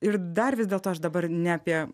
ir dar vis dėlto aš dabar ne apie